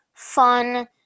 fun